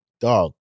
Dog